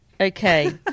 Okay